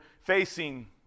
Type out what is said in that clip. facing